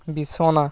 বিছনা